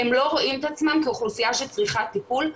הם לא רואים את עצמם כאוכלוסייה שצריכה טיפול,